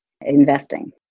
investing